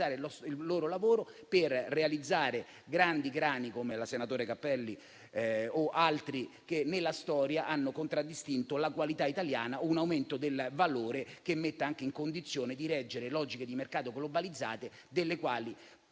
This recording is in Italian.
per valorizzare il loro lavoro, per realizzare grandi grani come la varietà senatore Cappelli o altre che nella storia hanno contraddistinto la qualità italiana. Penso a un aumento del valore che metta anche in condizione di reggere a logiche di mercato globalizzate, delle quali